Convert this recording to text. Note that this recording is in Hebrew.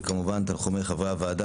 וכמובן את תנחומי חברי הוועדה,